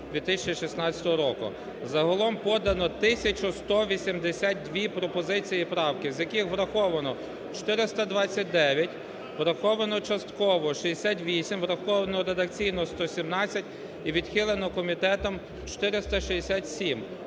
Загалом подано 1182 пропозиції і правки, з яких враховано – 429, враховано частково – 68, враховано редакційно – 117 і відхилено комітетом – 467.